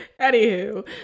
anywho